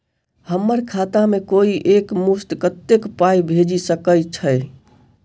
हम्मर खाता मे कोइ एक मुस्त कत्तेक पाई भेजि सकय छई?